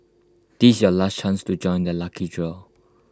this your last chance to join the lucky draw